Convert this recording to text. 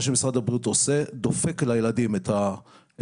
מה שמשרד הבריאות עושה דופק לילדים את הגוף.